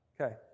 Okay